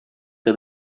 que